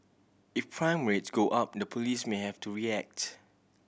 if prime rates go up in the police may have to react